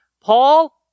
Paul